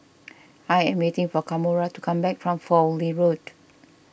I am waiting for Kamora to come back from Fowlie Road